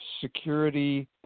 security